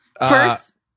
First